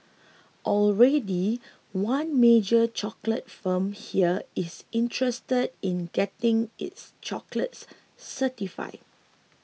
already one major chocolate firm here is interested in getting its chocolates certified